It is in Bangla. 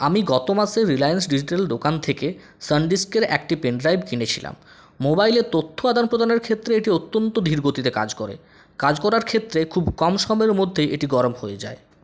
আমি গত মাসে রিলায়েন্স ডিজিটাল দোকান থেকে সানডিস্কের একটি পেনড্রাইভ কিনেছিলাম মোবাইলে তথ্য আদান প্রদানের ক্ষেত্রে এটি অত্যন্ত ধীর গতিতে কাজ করে কাজ করার ক্ষেত্রে খুব কম সময়ের মধ্যেই এটি গরম হয়ে যায়